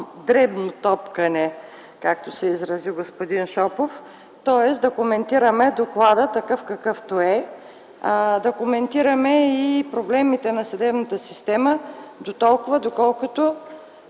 „дребно топкане”, както се изрази господин Шопов, тоест да коментираме доклада такъв, какъвто е. Да коментираме и проблемите на съдебната система дотолкова, доколкото